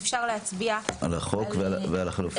אפשר להצביע על ההסתייגויות ואחר כך נצביע על החוק.